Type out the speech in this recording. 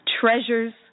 treasures